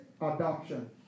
adoption